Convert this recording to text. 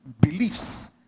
beliefs